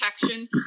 protection